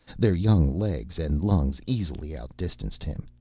their young legs and lungs easily outdistanced him.